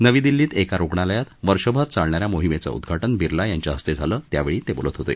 नवी दिल्लीत एका रुग्णालयात वर्षभर चालणा या मोहीमेचं उद्घाटन बिर्ला यांच्या हस्ते झालं त्यावेळी ते बोलत होते